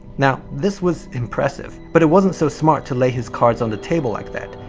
now this was impressive, but it wasn't so smart to lay his cards on the table like that,